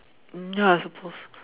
mm ya I suppose